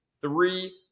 three